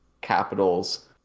Capitals